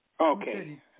Okay